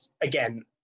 again